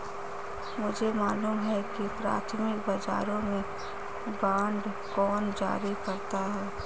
मुझे मालूम है कि प्राथमिक बाजारों में बांड कौन जारी करता है